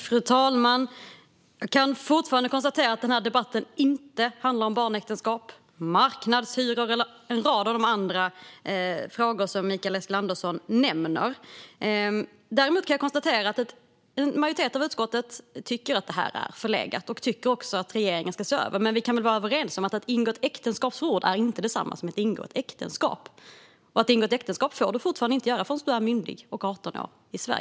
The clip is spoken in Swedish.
Fru talman! Jag kan fortfarande konstatera att den här debatten inte handlar om barnäktenskap, marknadshyror eller en rad av de andra frågor som Mikael Eskilandersson nämner. Däremot kan jag konstatera att en majoritet i utskottet tycker att det här är förlegat och att regeringen ska se över det. Men vi kan väl vara överens om att det inte är detsamma att ingå ett äktenskapsförord och att ingå ett äktenskap. Ingå ett äktenskap får man fortfarande inte göra i Sverige förrän man är myndig och 18 år.